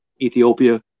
Ethiopia